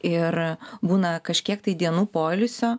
ir būna kažkiek tai dienų poilsio